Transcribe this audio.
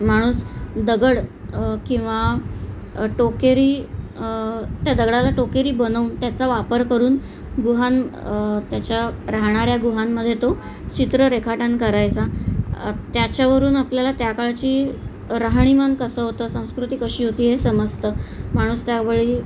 माणूस दगड किंवा टोकेरी त्या दगडाला टोकेरी बनवून त्याचा वापर करून गुहान त्याच्या राहणाऱ्या गुहांमध्ये तो चित्र रेखाटन करायचा त्याच्यावरून आपल्याला त्या काळची राहणीमान कसं होतं संस्कृती कशी होती हे समजतं माणूस त्यावेळी